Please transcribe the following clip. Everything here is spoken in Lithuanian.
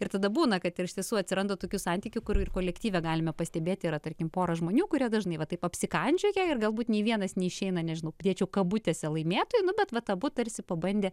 ir tada būna kad ir iš tiesų atsiranda tokių santykių kurių ir kolektyve galima pastebėti yra tarkim pora žmonių kurie dažnai va taip apsikandžioja ir galbūt nė vienas neišeina nežinau dėčiau kabutėse laimėtoju nu bet vat abu tarsi pabandė